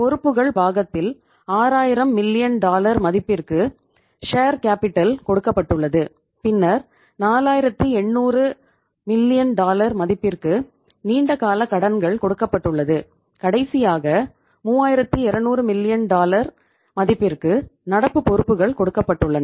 பொறுப்புகள் பாகத்தில் 6000 மில்லியன் பொறுப்புகள் கொடுக்கப்பட்டுள்ளன